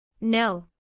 No